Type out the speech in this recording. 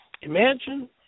Imagine